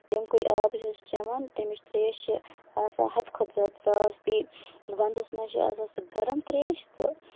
تَمہِ کُے آب چھُ یُس أسۍ چیوان تَمِچ تریش چھِ آسان حدٕ کھۄتہٕ زیادٕ صاف بیٚیہِ وَندس منٛز چھُ آسان سُہ گرم تریش تہٕ